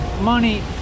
money